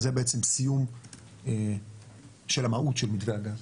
זה בעצם סיום של המהות של מתווה הגז.